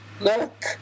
Look